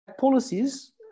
policies